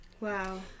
Wow